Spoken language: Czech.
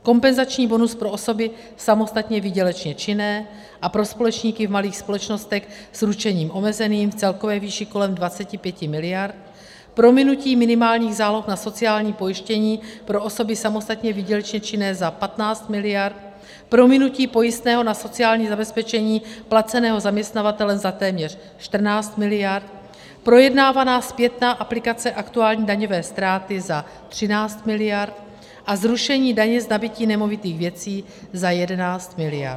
Kompenzační bonus pro osoby samostatně výdělečně činné a pro společníky v malých společnostech s ručením omezením v celkové výši kolem 25 mld., prominutí minimálních záloh na sociální pojištění pro osoby samostatně výdělečně činné za 15 mld., prominutí pojistného na sociální zabezpečení placeného zaměstnavatelem za téměř 14 mld., projednávaná zpětná aplikace aktuální daňové ztráty za 13 mld. a zrušení daně z nabytí nemovitých věcí za 11 mld.